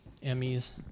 Emmys